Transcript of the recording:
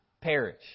perish